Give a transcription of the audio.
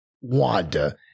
Wanda